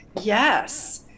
yes